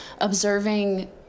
observing